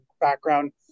background